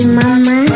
mama